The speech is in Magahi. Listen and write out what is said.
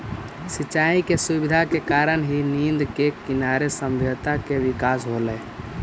सिंचाई के सुविधा के कारण ही नदि के किनारे सभ्यता के विकास होलइ